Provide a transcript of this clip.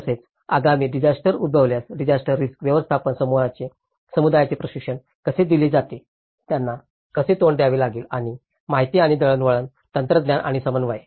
तसेच आगामी डिजास्टर उद्भवल्यास डिजास्टर रिस्क व्यवस्थापनास समुदायाचे प्रशिक्षण कसे दिले जाते त्यांना कसे तोंड द्यावे लागते आणि माहिती दळणवळण तंत्रज्ञान आणि समन्वय